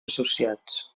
associats